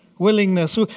willingness